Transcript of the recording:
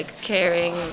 caring